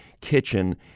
kitchen